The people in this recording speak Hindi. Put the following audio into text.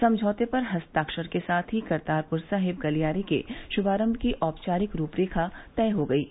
समझौते पर हस्ताक्षर के साथ ही करतारपुर साहिब गलियारे के शुभारंभ की औपचारिक रूपरेखा तय हो गई है